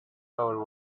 our